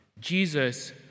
Jesus